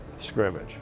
scrimmage